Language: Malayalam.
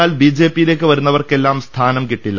എന്നാൽ ബിജെപിയി ലേക്ക് വരുന്നവർക്കെല്ലാം സ്ഥാനം കിട്ടില്ല